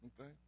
Okay